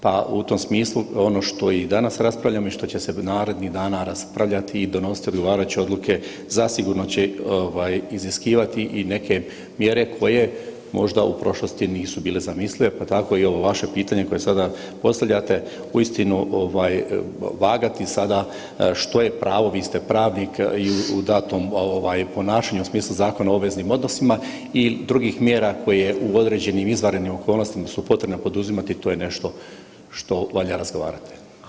Pa u tom smislu ono što i danas raspravljamo i što će se narednih dana raspravljati i donositi odgovarajuće odluke zasigurno će iziskivati i neke mjere koje možda u prošlosti nisu bile zamislive, pa tako i ovo vaše pitanje koje sada postavljate, uistinu vagati sada što je pravo, vi ste pravnik u datom ovaj ponašanju u smislu Zakona o obveznim odnosima i drugim mjera koje u određenim izvanrednim okolnostima su potrebne poduzimati to je nešto što valja razgovarati.